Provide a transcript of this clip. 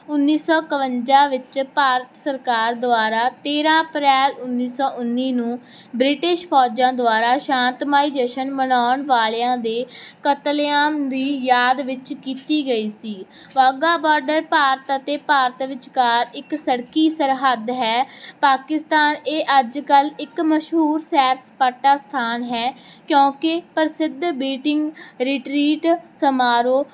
ਉਨੀ ਸੌ ਇਕਵੰਜਾ ਵਿੱਚ ਭਾਰਤ ਸਰਕਾਰ ਦੁਆਰਾ ਤੇਰਾਂ ਅਪ੍ਰੈਲ ਉਨੀ ਸੌ ਉਨੀ ਨੂੰ ਬ੍ਰਿਟਿਸ਼ ਫੌਜਾਂ ਦੁਆਰਾ ਸ਼ਾਂਤਮਈ ਜਸ਼ਨ ਮਨਾਉਣ ਵਾਲਿਆਂ ਦੇ ਕਤਲੇਆਮ ਦੀ ਯਾਦ ਵਿੱਚ ਕੀਤੀ ਗਈ ਸੀ ਵਾਹਗਾ ਬਾਰਡਰ ਭਾਰਤ ਅਤੇ ਭਾਰਤ ਵਿਚਕਾਰ ਇੱਕ ਸੜਕੀ ਸਰਹੱਦ ਹੈ ਪਾਕਿਸਤਾਨ ਇਹ ਅੱਜ ਕੱਲ੍ਹ ਇੱਕ ਮਸ਼ਹੂਰ ਸੈਰ ਸਪਾਟਾ ਸਥਾਨ ਹੈ ਕਿਉਂਕਿ ਪ੍ਰਸਿੱਧ ਮੀਟਿੰਗ ਰਿਟਰੀਟ ਸਮਾਰੋਹ